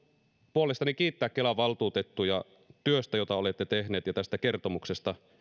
puolestani kiittää kelan valtuutettuja työstä jota olette tehneet ja tästä kertomuksesta